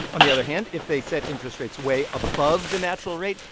on the other hand, if they set interest rates way above the natural rate,